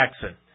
Jackson